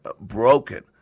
broken